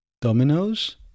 dominoes